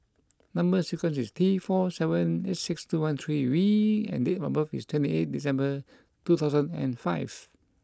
number sequence is T four seven eight six two one three V and date of birth is twenty eight December two thousand and five